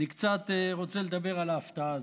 אני קצת רוצה לדבר על ההפתעה הזאת.